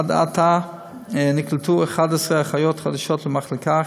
ועד עתה נקלטו 11 אחיות חדשות למחלקה,